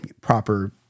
proper